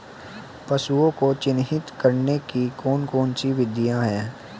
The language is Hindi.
पशुओं को चिन्हित करने की कौन कौन सी विधियां हैं?